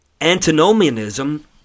antinomianism